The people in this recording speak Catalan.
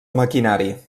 maquinari